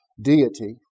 deity